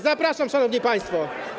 Zapraszam, szanowni państwo.